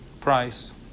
price